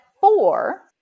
four